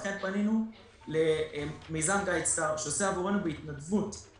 לכן פנינו למיזם גיידסטאר שעושה עבורנו בהתנדבות,